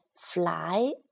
Fly